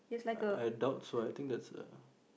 I doubt so I think that's a